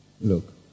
look